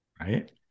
right